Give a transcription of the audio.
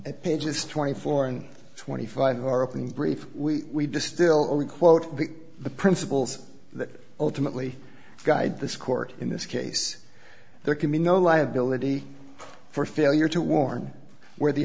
at pages twenty four and twenty five are open brief we distil only quote the principles that ultimately guide this court in this case there can be no liability for failure to warn where the